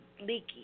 leaky